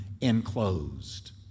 enclosed